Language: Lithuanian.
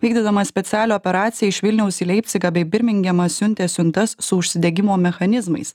vykdydama specialią operaciją iš vilniaus į leipcigą bei birmingemą siuntė siuntas su užsidegimo mechanizmais